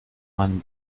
meinem